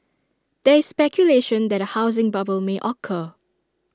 there is speculation that A housing bubble may occur